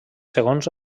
segons